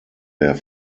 der